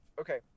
Okay